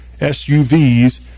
SUVs